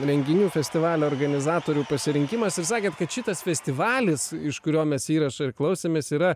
renginių festivalių organizatorių pasirinkimas ir sakėt kad šitas festivalis iš kurio mes įrašo ir klausėmės yra